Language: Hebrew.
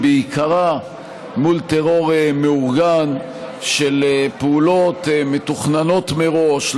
בעיקרה מול טרור מאורגן של פעולות מתוכננות מראש,